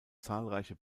zahlreiche